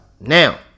Now